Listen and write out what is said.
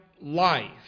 life